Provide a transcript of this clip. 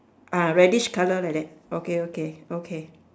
ah reddish colour like that okay okay okay